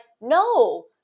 no